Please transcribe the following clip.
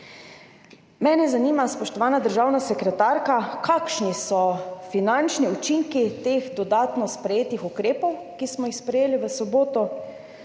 Mene zanima, spoštovana državna sekretarka, kakšni so finančni učinki teh dodatno sprejetih ukrepov, ki smo jih sprejeli v soboto